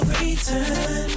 return